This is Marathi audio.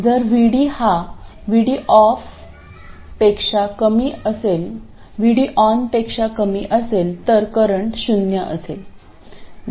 जर VD हा VD ON पेक्षा कमी असेल तर करंट शून्य असेल